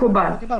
מקובל.